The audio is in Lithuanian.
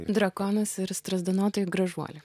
drakonas ir strazdanotoji gražuolė